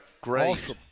Great